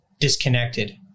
disconnected